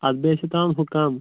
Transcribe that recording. ادٕ بیٚیہِ ٲسِو تراوان ہُہ کم